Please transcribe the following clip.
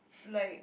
like